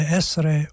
essere